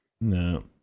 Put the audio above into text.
no